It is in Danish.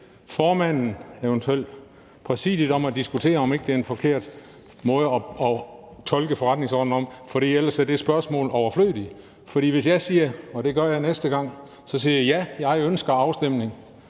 eventuelt Præsidiet, om at diskutere, om det ikke er en forkert måde at fortolke forretningsordenen på. For ellers er det spørgsmål overflødigt. For hvis jeg – og det gør jeg næste gang – siger, at ja, jeg ønsker afstemning,